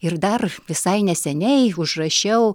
ir dar visai neseniai užrašiau